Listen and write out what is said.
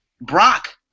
Brock